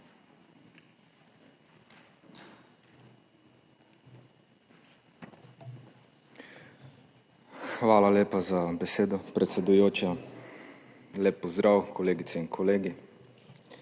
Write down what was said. Hvala lepa za besedo, predsedujoča. Lep pozdrav, kolegice in kolegi!